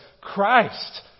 Christ